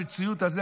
המציאות הזו,